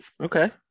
Okay